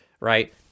right